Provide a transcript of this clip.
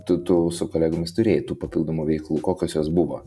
tu tu su kolegomis turėjai tų papildomų veiklų kokios jos buvo